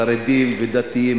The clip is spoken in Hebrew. חרדים ודתיים,